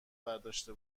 برداشته